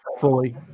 fully